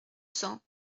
cents